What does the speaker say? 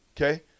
okay